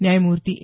न्यायमूर्ती ए